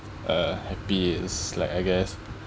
uh happy is like I guess